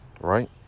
Right